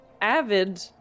avid